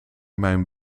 mijn